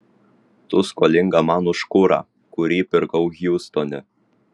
tu skolinga man už kurą kurį pirkau hjustone